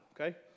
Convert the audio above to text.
okay